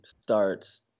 starts